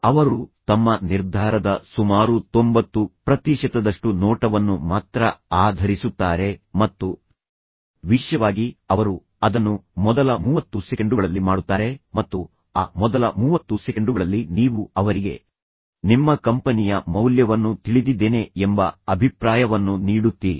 ಅವರು ತಮ್ಮ ನಿರ್ಧಾರದ ಸುಮಾರು 90 ಪ್ರತಿಶತದಷ್ಟು ನೋಟವನ್ನು ಮಾತ್ರ ಆಧರಿಸುತ್ತಾರೆ ಮತ್ತು ವಿಶೇಷವಾಗಿ ಅವರು ಅದನ್ನು ಮೊದಲ 30 ಸೆಕೆಂಡುಗಳಲ್ಲಿ ಮಾಡುತ್ತಾರೆ ಮತ್ತು ಆ ಮೊದಲ 30 ಸೆಕೆಂಡುಗಳಲ್ಲಿ ನೀವು ಅವರಿಗೆ ನಿಮ್ಮ ಕಂಪನಿಯ ಮೌಲ್ಯವನ್ನು ತಿಳಿದಿದ್ದೇನೆ ಎಂಬ ಅಭಿಪ್ರಾಯವನ್ನು ನೀಡುತ್ತೀರಿ